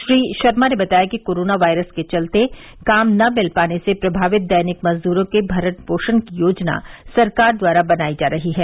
श्री शर्मा ने बताया कि कोरोना वायरस के चलते काम न मिल पाने से प्रभावित दैनिक मजदूरों के भरण भोषण की योजना सरकार द्वारा बनाई जा रही है